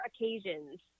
occasions